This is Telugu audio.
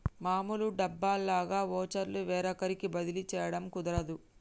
మామూలు డబ్బుల్లాగా వోచర్లు వేరొకరికి బదిలీ చేయడం కుదరదు